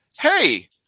hey